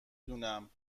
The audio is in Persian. دونم